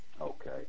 Okay